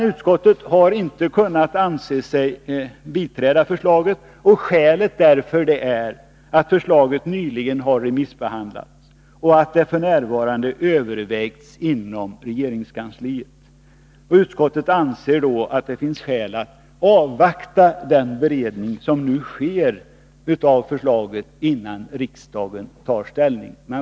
Utskottet har dock inte ansett sig kunna biträda förslaget. Skälet är att förslaget nyligen har remissbehandlats och f. n. övervägs inom regeringskansliet. Utskottet anser att det finns skäl att avvakta den beredning som nu sker av förslaget innan riksdagen tar ställning.